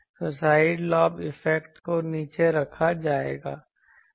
तो side lobe effect को नीचे रखा जाएगा